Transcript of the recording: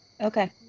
okay